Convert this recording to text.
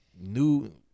new